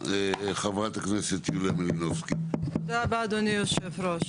רבה, אדוני היושב-ראש.